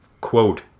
quote